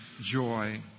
joy